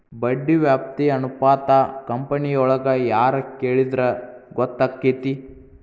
ಬಡ್ಡಿ ವ್ಯಾಪ್ತಿ ಅನುಪಾತಾ ಕಂಪನಿಯೊಳಗ್ ಯಾರ್ ಕೆಳಿದ್ರ ಗೊತ್ತಕ್ಕೆತಿ?